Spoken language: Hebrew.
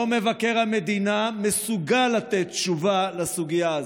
לא מבקר המדינה מסוגל לתת תשובה בסוגיה הזאת.